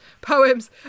poems